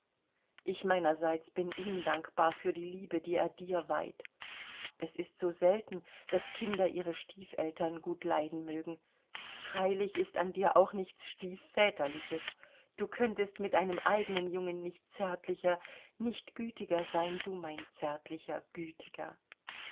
ich meinerseits bin ihm dankbar für die liebe die er dir weiht es ist so selten daß kinder ihre stiefeltern gut leiden mögen freilich ist an dir auch nichts stiefväterliches du könntest mit einem eigenen jungen nicht zärtlicher nicht gütiger sein du mein zärtlicher gütiger